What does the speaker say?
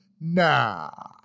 now